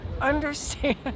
understand